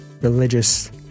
religious